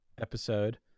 episode